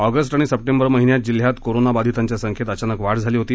August आणि September महिन्यात जिल्ह्यात कोरोनाबाधितांच्या संख्येत अचानक वाढ झाली होती